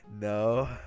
No